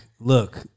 look